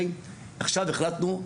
עכשיו החלטנו,